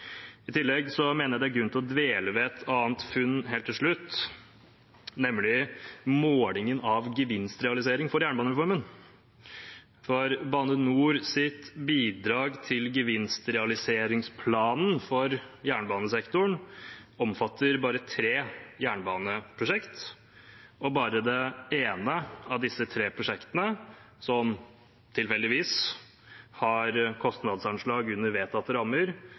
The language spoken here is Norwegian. I tillegg mener jeg det er grunn til dvele ved et annet funn helt til slutt, nemlig målingen av gevinstrealisering for jernbanereformen. For Bane NORs bidrag til gevinstrealiseringsplanen for jernbanesektoren, omfatter bare tre jernbaneprosjekt. Bare det ene av disse tre prosjektene som tilfeldigvis har kostnadsanslag under vedtatte rammer,